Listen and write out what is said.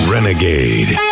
Renegade